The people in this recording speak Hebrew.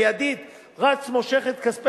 מיידית רץ,